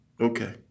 Okay